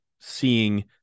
seeing